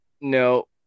No